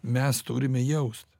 mes turime jaust